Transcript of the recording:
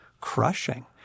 crushing